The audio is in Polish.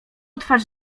twarz